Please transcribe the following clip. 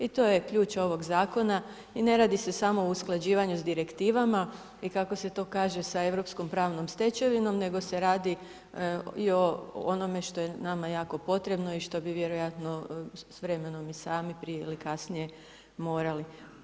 I to je ključ ovog zakona i ne radi se samo o usklađivanju sa direktivama i kako se to kaže sa europskom pravnom stečevinom nego se radi i onome što je nama jako potrebno i što bi vjerojatno s vremenom i sami prije ili kasnije morali.